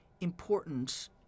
important